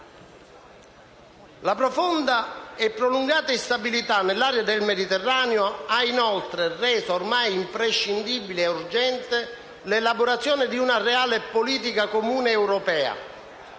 La profonda e prolungata instabilità nell'area del Mediterraneo ha, inoltre, reso ormai imprescindibile e urgente l'elaborazione di una reale politica comune europea